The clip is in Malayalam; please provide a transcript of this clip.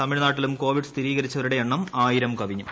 തമിഴ്നാട്ടിലും കോവിഡ് സ്ഥിരീകരിച്ചവരുടെ എണ്ണം ആയിരം കവിഞ്ഞു